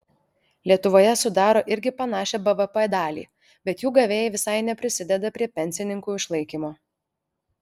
lietuvoje sudaro irgi panašią bvp dalį bet jų gavėjai visai neprisideda prie pensininkų išlaikymo